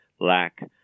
lack